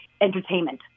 entertainment